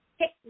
Hey